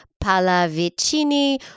Pallavicini